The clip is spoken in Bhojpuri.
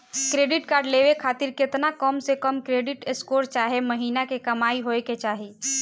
क्रेडिट कार्ड लेवे खातिर केतना कम से कम क्रेडिट स्कोर चाहे महीना के कमाई होए के चाही?